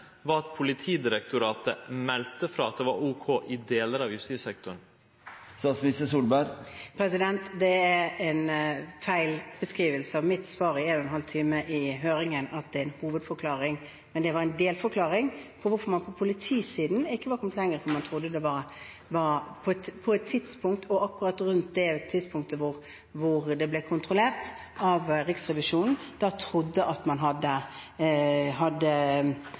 at Politidirektoratet melde frå at det var ok i delar av justissektoren? Det er en feil beskrivelse av mitt svar på én og en halv time i høringen at det er en hovedforklaring. Men det er en delforklaring for hvorfor man på politisiden ikke var kommet lenger. På et tidspunkt og akkurat rundt det tidspunktet hvor det ble kontrollert av Riksrevisjonen, trodde man at man hadde gjort de tingene, for man hadde